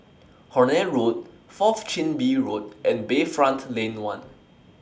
Horne Road Fourth Chin Bee Road and Bayfront Lane one